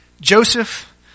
Joseph